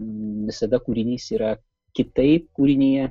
visada kūrinys yra kitaip kūrinyje